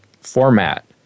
format